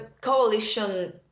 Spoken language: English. coalition